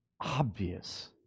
obvious